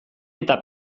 eta